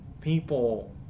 people